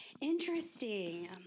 Interesting